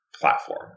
platform